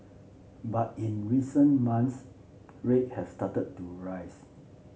but in recent months rate have started to rise